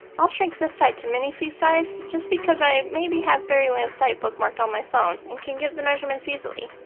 i'll shrink this side to minifee size, just because i maybe have fairyland's site bookmarked on my phone and can get the measurements easily.